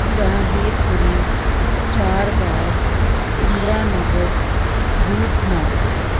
Jahangirpuri Charbagh Indiranagar Bhootnath